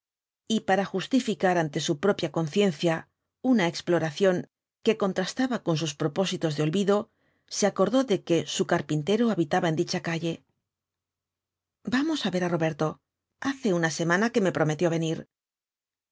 y para justificar ante su propia conciencia una exploración que contrastaba con sus propósitos de olvido se acordó de que su carpintero habitaba en dicha calle vamos á ver á roberto hace una semana que me prometió venir